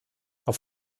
auf